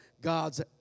God's